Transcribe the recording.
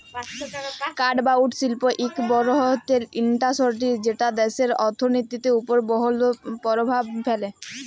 কাঠ বা উড শিল্প ইক বিরহত্তম ইল্ডাসটিরি যেট দ্যাশের অথ্থলিতির উপর বহুত পরভাব ফেলে